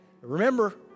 Remember